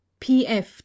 PF